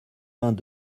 vingt